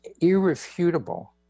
irrefutable